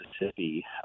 Mississippi